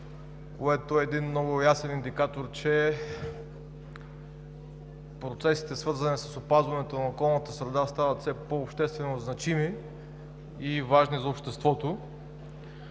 което е много ясен индикатор, че процесите, свързани с опазването на околната среда, стават все по-обществено значими и важни за обществото.